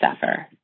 suffer